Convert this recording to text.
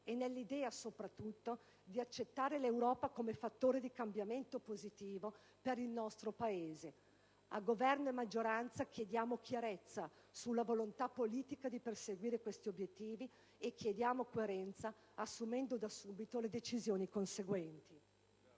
e nell'idea, soprattutto, di accettare l'Europa come fattore di cambiamento positivo per il nostro Paese. A Governo e maggioranza chiediamo chiarezza sulla volontà politica di perseguire questi obiettivi e chiediamo coerenza assumendo da subito le decisioni conseguenti.